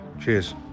Cheers